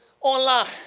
online